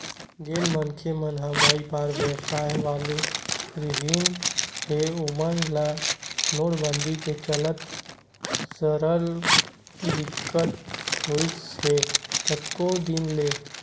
जेन मनखे मन ह बइपार बेवसाय वाले रिहिन हे ओमन ल नोटबंदी के चलत सरलग दिक्कत होइस हे कतको दिन ले